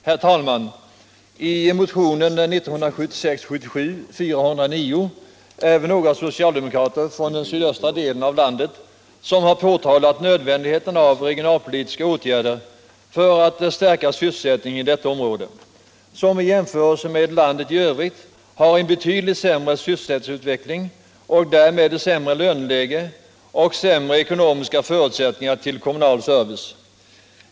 Herr talman! I motionen 1976/77:409 har några socialdemokrater från den sydöstra delen av landet pekat på nödvändigheten av regionalpolitiska åtgärder för att stärka sysselsättningen i detta område, som i jämförelse med landet i övrigt har en betydligt sämre sysselsättningsutveckling och därmed ett sämre löneläge och sämre ekonomiska förutsättningar för kommunal service.